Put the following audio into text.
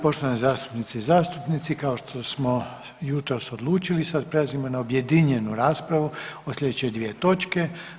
Poštovane zastupnice i zastupnici, kao što smo jutros odlučili, sad prelazimo na objedinjenu raspravu o sljedeće dvije točke.